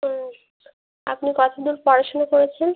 ও আপনি কতো দূর পড়াশুনো করেছেন